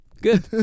Good